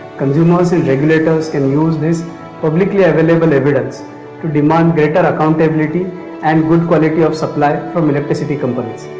consumers and regulators can use this publicly available evidence to demand greater accountability and good quality of supply from electricity companies.